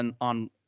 on